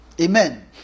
Amen